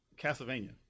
castlevania